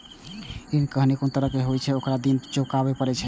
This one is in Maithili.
ऋण खाहे कोनो तरहक हुअय, ओकरा एक दिन चुकाबैये पड़ै छै